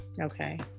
Okay